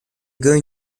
going